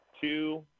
two